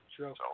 True